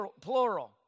plural